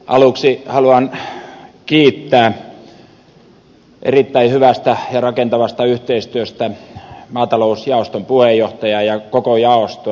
aluksi haluan kiittää erittäin hyvästä ja rakentavasta yhteistyöstä maatalousjaoston puheenjohtajaa ja koko jaostoa